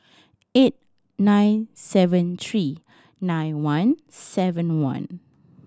eight nine seven three nine one seven one